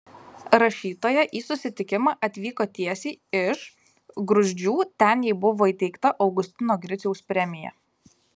rašytoja į susitikimą atvyko tiesiai iš gruzdžių ten jai buvo įteikta augustino griciaus premija